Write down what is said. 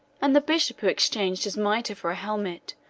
and the bishop who exchanged his mitre for a helmet,